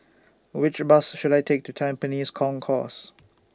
Which Bus should I Take to Tampines Concourse